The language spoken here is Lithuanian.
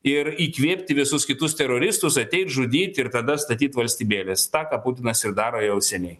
ir įkvėpti visus kitus teroristus ateit žudyt ir tada statyt valstybėles tą ką putinas ir daro jau seniai